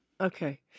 Okay